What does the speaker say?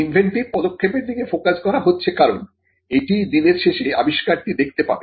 inventive পদক্ষেপের দিকে focus করা হচ্ছে কারণ এটিই দিনের শেষে আবিষ্কারটি দেখতে পাবে